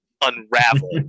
unravel